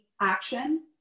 action